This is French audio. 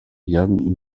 viables